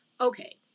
Okay